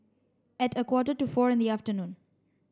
at a quarter to four in the afternoon